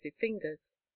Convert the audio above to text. fingers